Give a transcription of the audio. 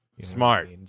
Smart